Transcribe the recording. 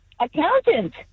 Accountant